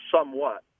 somewhat